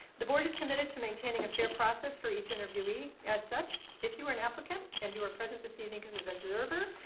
the board is committed to maintaining a fair process for each interviewee. as such, if you are an applicant and you are present this evening as an observer,